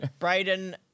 Brayden